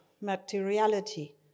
materiality